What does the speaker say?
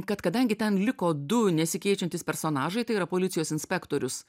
kad kadangi ten liko du nesikeičiantys personažai tai yra policijos inspektorius